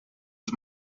els